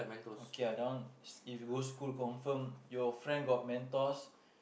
okay that one if you go school confirm your friend got Mentos